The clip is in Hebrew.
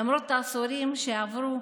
למרות העשורים שעברו,